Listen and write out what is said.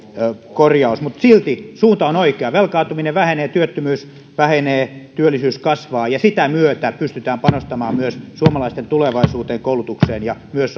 korjaus mutta silti suunta on oikea velkaantuminen vähenee työttömyys vähenee työllisyys kasvaa ja sitä myötä pystytään panostamaan myös suomalaisten tulevaisuuteen koulutukseen ja myös